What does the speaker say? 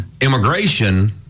immigration